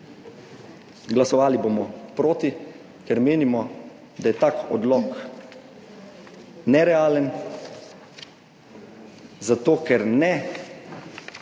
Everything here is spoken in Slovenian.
Glasovali bomo proti, ker menimo, da je tak odlok nerealen, zato ker ne